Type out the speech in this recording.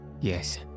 yes